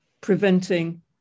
preventing